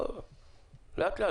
לאט-לאט.